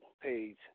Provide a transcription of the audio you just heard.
page